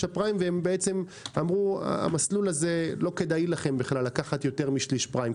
הפריים ואמרו: המסלול הזה לא כדאי לכם לקחת יותר משני שליש פריים,